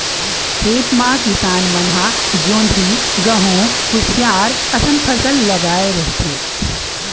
खेत म किसान मन ह जोंधरी, गहूँ, कुसियार असन फसल लगाए रहिथे